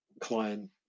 client